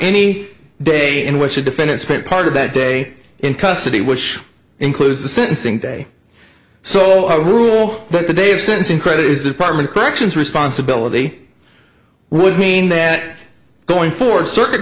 any day in which a defendant spent part of that day in custody which includes the sentencing day so our rule the day of sentencing credit is department of corrections responsibility would mean that going for circuit